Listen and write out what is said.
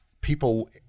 people